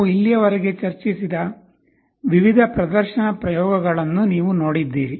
ನಾವು ಇಲ್ಲಿಯವರೆಗೆ ಚರ್ಚಿಸಿದ ವಿವಿಧ ಪ್ರದರ್ಶನ ಪ್ರಯೋಗಗಳನ್ನು ನೀವು ನೋಡಿದ್ದೀರಿ